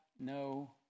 no